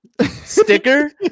sticker